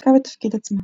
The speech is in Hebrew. שיחקה בתפקיד עצמה.